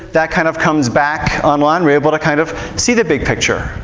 that kind of comes back online, we're able to kind of see the big picture.